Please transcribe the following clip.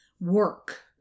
work